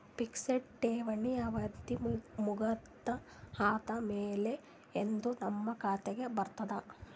Fixed ಠೇವಣಿ ಅವಧಿ ಮುಗದ ಆದಮೇಲೆ ಎಂದ ನಮ್ಮ ಖಾತೆಗೆ ಬರತದ?